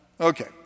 okay